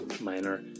minor